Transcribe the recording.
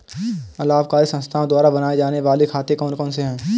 अलाभकारी संस्थाओं द्वारा बनाए जाने वाले खाते कौन कौनसे हैं?